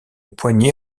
poignée